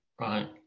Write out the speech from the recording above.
right